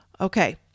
Okay